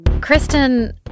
Kristen